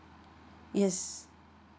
yes